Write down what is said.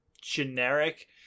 generic